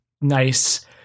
nice